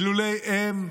אילולא הם,